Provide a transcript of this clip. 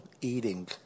eating